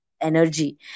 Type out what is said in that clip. energy